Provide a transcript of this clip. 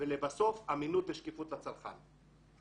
ולבסוף אמינות ושקיפות הצרכן.